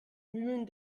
mühlen